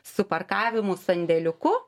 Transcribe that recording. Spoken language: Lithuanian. su parkavimu sandėliuku